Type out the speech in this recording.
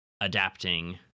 adapting